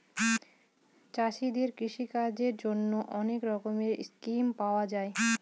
চাষীদের কৃষিকাজের জন্যে অনেক রকমের স্কিম পাওয়া যায়